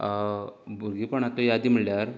भुरगेंपणातल्यो यादी म्हळ्यार